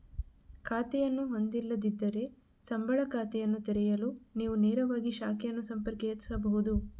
ಖಾತೆಯನ್ನು ಹೊಂದಿಲ್ಲದಿದ್ದರೆ, ಸಂಬಳ ಖಾತೆಯನ್ನು ತೆರೆಯಲು ನೀವು ನೇರವಾಗಿ ಶಾಖೆಯನ್ನು ಸಂಪರ್ಕಿಸಬಹುದು